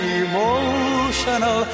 emotional